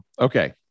okay